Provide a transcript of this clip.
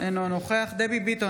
אינו נוכח דבי ביטון,